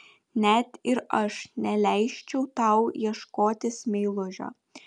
net ir aš neleisčiau tau ieškotis meilužio